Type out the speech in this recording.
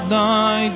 Thy